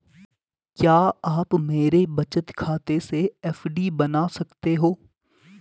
क्या आप मेरे बचत खाते से एफ.डी बना सकते हो?